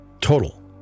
Total